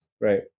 Right